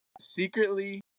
Secretly